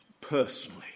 personally